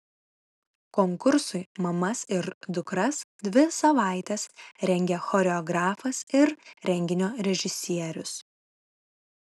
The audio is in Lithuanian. konkursui mamas ir dukras dvi savaites rengė choreografas ir renginio režisierius